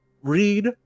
read